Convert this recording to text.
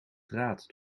draad